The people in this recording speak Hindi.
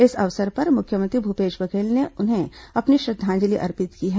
इस अवसर पर मुख्यमंत्री भूपेश बघेल ने उन्हें अपनी श्रद्धांजलि अर्पित की है